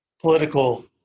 political